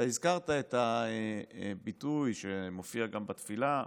הזכרת את הביטוי שמופיע גם בתפילה,